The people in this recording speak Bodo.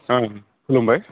खुलुमबाय